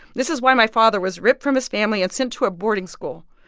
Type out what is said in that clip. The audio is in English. this is why my father was ripped from his family and sent to a boarding school,